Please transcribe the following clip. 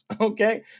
Okay